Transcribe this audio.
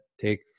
take